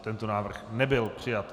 Tento návrh nebyl přijat.